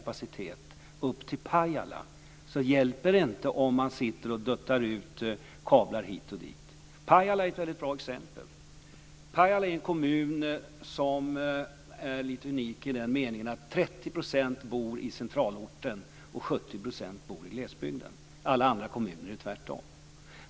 Pajala hjälper det inte att sitta och dutta ut kablar hit och dit. Pajala är ett väldigt bra exempel. Pajala är en kommun som är lite unik i den meningen att 30 % bor i centralorten och 70 % i glesbygden. I alla andra kommuner är det tvärtom.